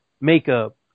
makeup